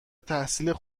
تحصیلات